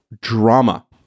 drama